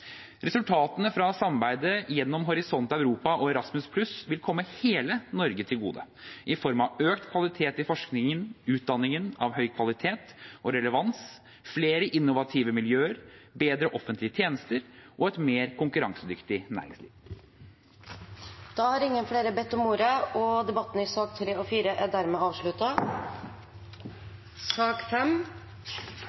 Resultatene fra samarbeidet gjennom Horisont Europa og Erasmus+ vil komme hele Norge til gode, i form av økt kvalitet i forskning, utdanning av høy kvalitet og relevans, flere innovative miljøer, bedre offentlige tjenester og et mer konkurransedyktig næringsliv. Flere har ikke bedt om ordet til sakene nr. 3 og 4. Etter ønske fra kontroll- og